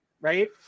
Right